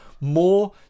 More